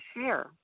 share